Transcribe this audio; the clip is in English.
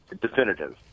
definitive